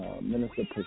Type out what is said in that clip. Minister